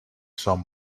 some